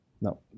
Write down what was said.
No